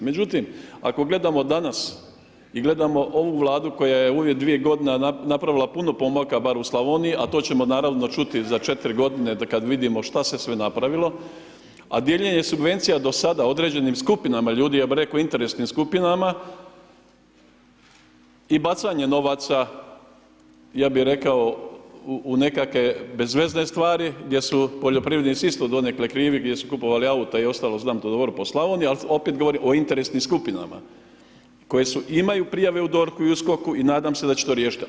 Međutim, ako gledamo danas i gledamo ovu Vladu koja je u ove dvije godine napravila puno pomaka barem u Slavoniji a to ćemo naravno čuti za 4 godine kada vidimo šta se sve napravilo, a dijeljenje subvencija do sada određenim skupinama ljudi, ja bih rekao interesnim skupinama i bacanje novaca, ja bih rekao u nekakve bezvezne stvari gdje su poljoprivrednici isto donekle krivi gdje su kupovali auta i ostalo znam to dobro po Slavoniji ali opet govorim o interesnim skupinama koje su, imaju prijave u DORHU i USKOK-u i nadam se da će to riješiti.